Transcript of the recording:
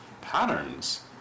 patterns